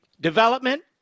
development